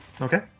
Okay